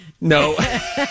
No